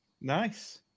Nice